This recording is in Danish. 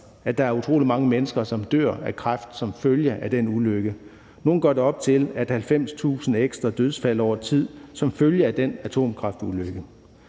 at der er utrolig mange mennesker, som dør af kræft som følge af den. Nogle gør det op til, at det er 90.000 ekstra dødsfald over tid som følge af den atomkraftulykke.